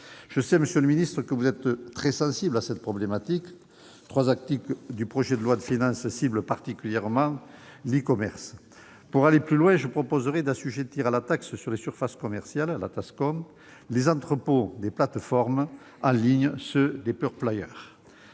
Je sais, monsieur le ministre, que vous êtes très sensible à cette problématique. Trois articles du présent projet de loi de finances ciblent particulièrement l'e-commerce. Pour aller plus loin, je proposerai d'assujettir à la taxe sur les surfaces commerciales (Tascom) les entrepôts des plateformes en ligne, les. Rappelons